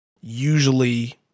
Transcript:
usually